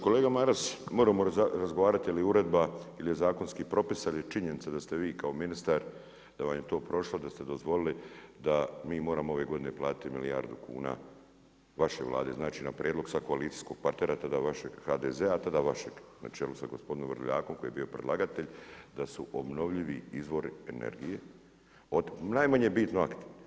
Kolega Maras možemo razgovarati je li uredba ili je zakonski propis ali je činjenica da ste vi kao ministar, da vam je to prošlo, da ste dozvolili da mi moramo ove godine platiti milijardu kuna vaše Vlade, znači na prijedlog koalicijskog partnera, tada vašeg, HDZ-a a tada vašeg na čelu sa gospodinom Vrdoljakom koji je bio predlagatelj, da su obnovljivi izvori energije od, najmanje bitno akti.